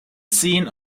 scene